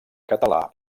català